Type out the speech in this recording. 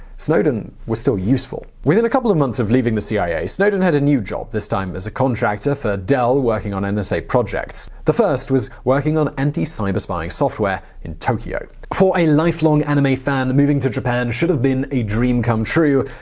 snowden was still useful. within a couple of months of leaving the cia, snowden had a new job, this time as a contractor for dell working on and nsa projects. the first was working on anti cyberspying software in tokyo. for the lifelong anime fan, moving to japan should have been a dream come true.